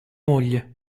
moglie